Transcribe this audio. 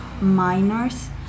minors